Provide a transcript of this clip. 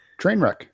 Trainwreck